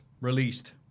released